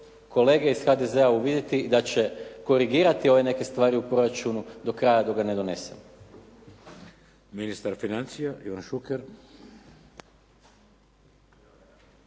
kolege iz HDZ-a uvidjeti i da će korigirati ove neke stvari u proračunu do kraja dok ga ne donesemo.